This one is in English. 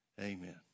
amen